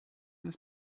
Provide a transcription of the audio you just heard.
this